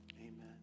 amen